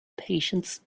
patience